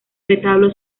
retablo